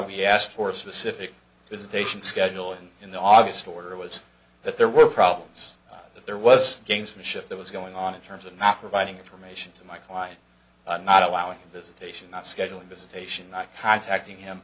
we asked for specific visitation schedule and in the august order was that there were problems that there was gamesmanship that was going on in terms of not providing information to my client not allowing visitation not scheduling visitation not contacting him